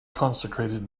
consecrated